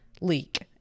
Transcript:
leak